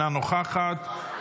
אינה נוכחת,